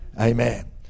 Amen